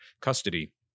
custody